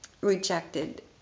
rejected